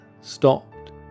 stopped